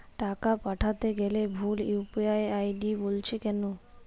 টাকা পাঠাতে গেলে ভুল ইউ.পি.আই আই.ডি বলছে কেনো?